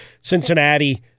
Cincinnati